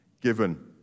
given